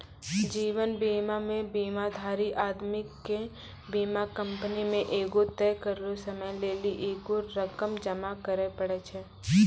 जीवन बीमा मे बीमाधारी आदमी के बीमा कंपनी मे एगो तय करलो समय लेली एगो रकम जमा करे पड़ै छै